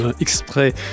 exprès